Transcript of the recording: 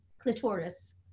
clitoris